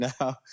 now